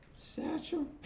Satchel